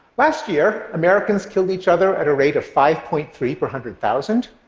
last year, americans killed each other at a rate of five point three per hundred thousand,